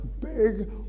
big